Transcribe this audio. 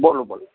બોલો બોલો